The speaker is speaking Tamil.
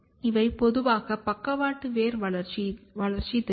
இவை பொதுவான பக்கவாட்டு வேர் வளர்ச்சித் திட்டம்